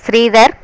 Sridhar